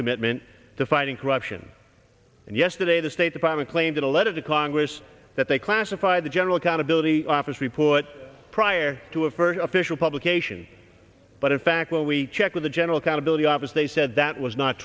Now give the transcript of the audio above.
commitment to fighting corruption and yesterday the state department claimed in a letter to congress that they classify the general accountability office report prior to a first official publication but in fact when we checked with the general accountability office they said that was not